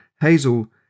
Hazel